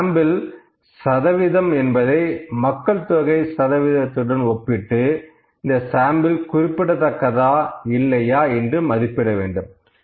இந்த சாம்பிள் சதவீதம் என்பதை மக்கள்தொகை சதவீதத்துடன் ஒப்பிட்டு இந்த சாம்பிள் குறிப்பிடத்தக்கதா இல்லையா என்று மதிப்பிட வேண்டும்